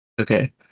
okay